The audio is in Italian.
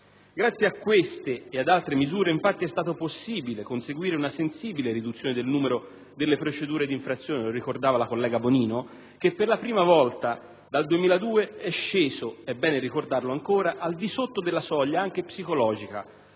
Grazie a queste e ad altre misure è stato infatti possibile conseguire una sensibile riduzione del numero delle procedure di infrazione (lo ricordava la collega Bonino), che, per la prima volta dal 2002, è sceso - è bene ricordarlo ancora - al di sotto della soglia, anche psicologica,